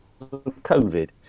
COVID